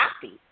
happy